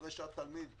אחרי שהתלמיד צופה,